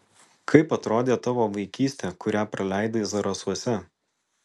kaip atrodė tavo vaikystė kurią praleidai zarasuose